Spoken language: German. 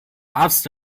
arzt